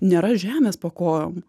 nėra žemės po kojom